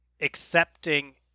accepting